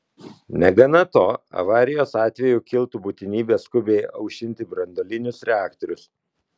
negana to avarijos atveju kiltų būtinybė skubiai aušinti branduolinius reaktorius